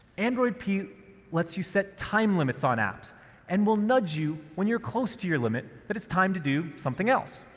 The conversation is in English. android p lets you set time limits on your apps and will nudge you when you're close to your limit that it's time to do something else.